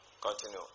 Continue